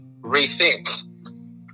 rethink